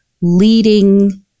leading